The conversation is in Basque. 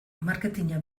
marketina